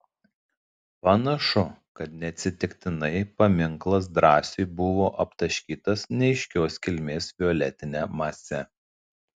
panašu kad neatsitiktinai paminklas drąsiui buvo aptaškytas neaiškios kilmės violetine mase